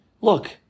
look